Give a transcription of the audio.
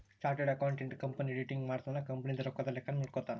chartered accountant company auditing ಮಾಡ್ತನ company ದು ರೊಕ್ಕದ ಲೆಕ್ಕ ನೋಡ್ಕೊತಾನ